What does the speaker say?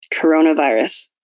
coronavirus